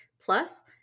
Plus